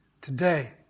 Today